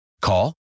Call